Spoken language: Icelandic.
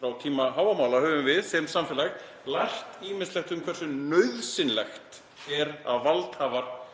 Frá tíma Hávamála höfum við sem samfélag lært ýmislegt um hversu nauðsynlegt það er að valdhafar